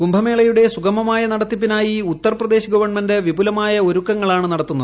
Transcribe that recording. കുംഭമേളയുടെ സുഗമമായ നടത്തിപ്പിനായി ഉത്തർപ്രദേശ് ഗവൺമെന്റ് വിപുലമായ ഒരുക്കങ്ങളാണ് നടത്തുന്നത്